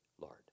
Lord